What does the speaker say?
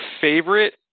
favorite